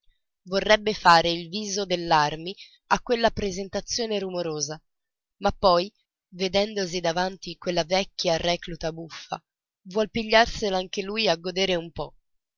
vorrebbe fare il viso dell'armi a quella presentazione rumorosa ma poi vedendosi davanti quella vecchia recluta buffa vuol pigliarsela anche lui a godere un po